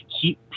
keep